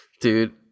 Dude